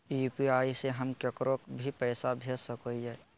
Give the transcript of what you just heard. UPI से हम केकरो भी पैसा भेज सको हियै?